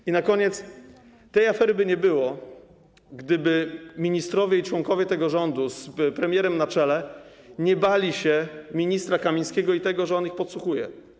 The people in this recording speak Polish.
I na koniec: tej afery by nie było, gdyby ministrowie i członkowie tego rządu z premierem na czele nie bali się ministra Kamińskiego i tego, że on ich podsłuchuje.